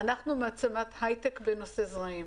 אנחנו מעצמת הייטק בנושא זרעים,